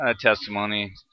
testimony